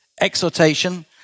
Exhortation